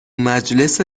مجلس